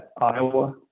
Iowa